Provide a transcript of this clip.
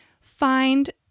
find